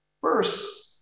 First